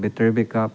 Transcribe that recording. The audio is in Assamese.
battery back up